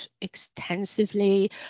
extensively